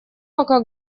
пока